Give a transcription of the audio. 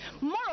more